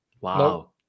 wow